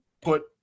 put